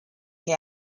que